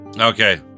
Okay